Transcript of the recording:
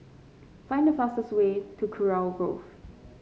find the fastest way to Kurau Grove